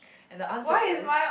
and the answer is